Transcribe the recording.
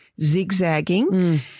zigzagging